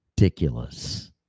ridiculous